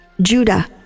Judah